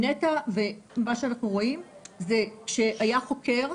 מה שאנחנו רואים עם נת"ע זה שהיה חוקר,